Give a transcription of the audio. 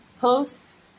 posts